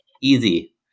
easy